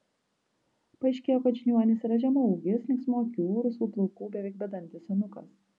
paaiškėjo kad žiniuonis yra žemaūgis linksmų akių rusvų plaukų beveik bedantis senukas